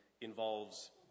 involves